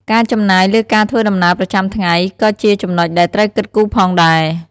ការចំណាយលើការធ្វើដំណើរប្រចាំថ្ងៃ ក៏ជាចំណុចដែលត្រូវគិតគូរផងដែរ។